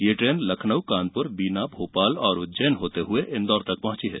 यह ट्रेन लखनऊ कानपुर बीना भोपाल और उज्जैन होते हुए इंदौर तक पहुंची है